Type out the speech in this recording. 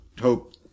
hope